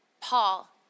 Paul